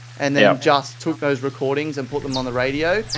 and then just took those recordings and put them on the radio,